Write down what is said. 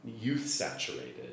youth-saturated